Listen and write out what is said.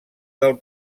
del